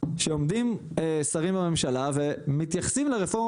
שעומדים שרים בממשלה ומתייחסים לרפורמה